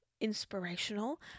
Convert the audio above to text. inspirational